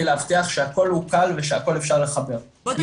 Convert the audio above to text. להבטיח שהכול הוא קל ושהכול אפשר לחבר,